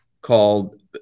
called